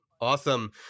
Awesome